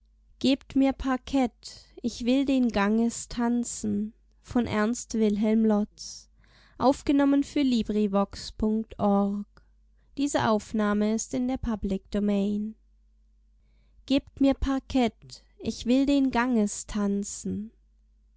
gebt mir parkett ich will den ganges tanzen gebt mir parkett ich will den ganges tanzen